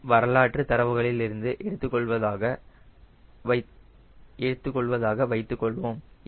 நாம் வரலாற்று தரவுகளிலிருந்து எடுத்துக் கொள்வதாக வைத்துக் கொள்வோம்